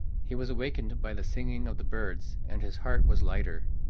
he was awakened by the singing of the birds, and his heart was lighter.